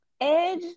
Edge